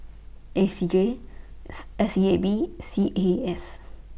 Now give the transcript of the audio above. A C J S S E A B C A S